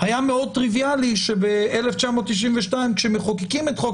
היה מאוד טריוויאלי שב-1992 כשמחוקקים את חוק